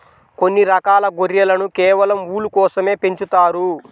కొన్ని రకాల గొర్రెలను కేవలం ఊలు కోసమే పెంచుతారు